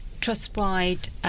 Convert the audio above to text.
trust-wide